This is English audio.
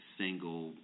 single